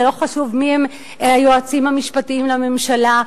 זה לא חשוב מיהם היועצים המשפטיים לממשלה,